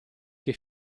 che